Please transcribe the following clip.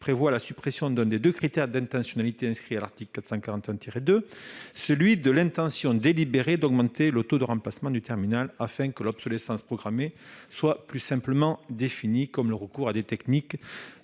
prévoit la suppression d'un des deux critères d'intentionnalité, celui de l'intention délibérée d'augmenter le taux de remplacement du terminal, afin que l'obsolescence programmée soit définie, plus simplement, comme « le recours à des techniques